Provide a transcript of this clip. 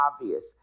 obvious